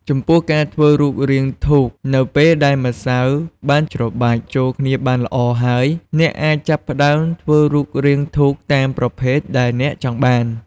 ចំពោះការធ្វើរូបរាងធូបនៅពេលដែលម្សៅបានច្របាច់ចូលគ្នាបានល្អហើយ អ្នកអាចចាប់ផ្តើមធ្វើរូបរាងធូបតាមប្រភេទដែលអ្នកចង់បាន។